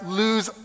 lose